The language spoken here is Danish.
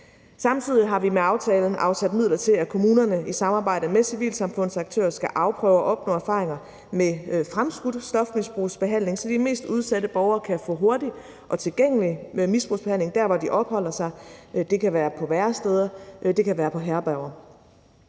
Samtidig har vi med aftalen afsat midler til, at kommunerne i samarbejde med civilsamfundsaktører skal afprøve og opnå erfaringer med fremskudt stofmisbrugsbehandling, så de mest udsatte borgere kan få hurtig og tilgængelig misbrugsbehandling der, hvor de opholder sig; det kan være på væresteder, det kan være på herberger.